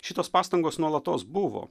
šitos pastangos nuolatos buvo